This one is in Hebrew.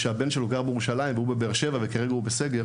לדוגמה בגלל שהבן שלו גר בירושלים והוא בבאר-שבע ועכשיו הוא בסגר,